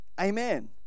Amen